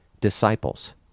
disciples